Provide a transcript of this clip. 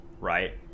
right